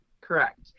Correct